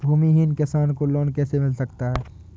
भूमिहीन किसान को लोन कैसे मिल सकता है?